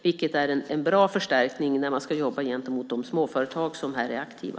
Det är en bra förstärkning när man ska jobba gentemot de småföretag som här är aktiva.